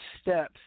steps